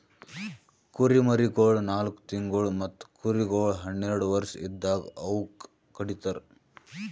ಕುರಿಮರಿಗೊಳ್ ನಾಲ್ಕು ತಿಂಗುಳ್ ಮತ್ತ ಕುರಿಗೊಳ್ ಹನ್ನೆರಡು ವರ್ಷ ಇದ್ದಾಗ್ ಅವೂಕ ಕಡಿತರ್